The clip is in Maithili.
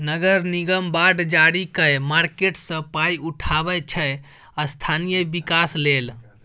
नगर निगम बॉड जारी कए मार्केट सँ पाइ उठाबै छै स्थानीय बिकास लेल